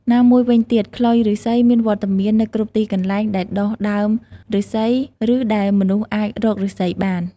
ណាមួយវិញទៀត ខ្លុយឫស្សីមានវត្តមាននៅគ្រប់ទីកន្លែងដែលដុះដើមឫស្សី ឬដែលមនុស្សអាចរកឫស្សីបាន។